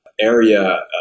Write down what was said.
area